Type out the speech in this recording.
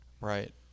Right